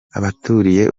abaturiye